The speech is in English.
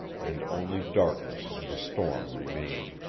and only darkness and the storm remained.